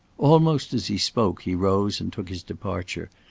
almost as he spoke, he rose and took his departure,